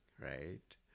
right